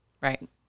Right